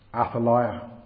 Athaliah